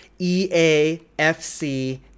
EAFC